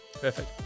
Perfect